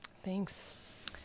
Thanks